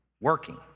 working